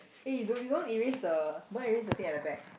eh you don't you don't erase the don't erase the thing at the back